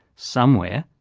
somewhere.